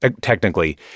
Technically